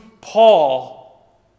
Paul